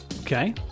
Okay